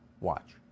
Watch